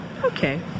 okay